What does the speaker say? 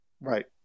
Right